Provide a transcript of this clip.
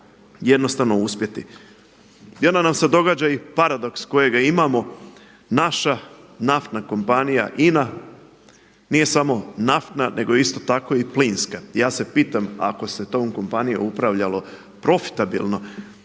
jednostavno uspjeti. I onda nam se događa i paradoks kojega imamo, naša naftna kompanija INA, nije samo naftna nego isto tako i plinska. Ja se pitam, ako se tom kompanijom upravljalo profitabilno